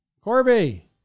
corby